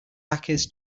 hackers